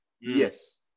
Yes